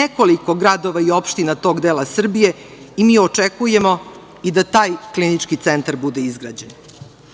nekoliko gradova i opština tog dela Srbije i mi očekujemo i da taj klinički centar bude izgrađen. Deo